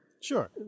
Sure